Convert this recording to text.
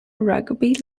rugby